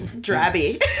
Drabby